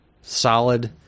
solid